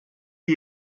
ich